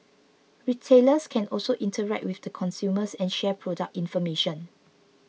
retailers can also interact with the consumers and share product information